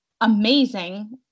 amazing